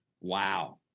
Wow